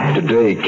Today